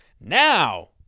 Now